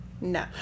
No